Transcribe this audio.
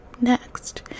next